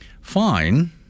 fine